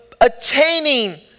attaining